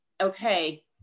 okay